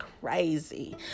crazy